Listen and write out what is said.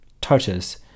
touches